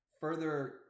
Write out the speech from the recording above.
further